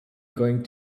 going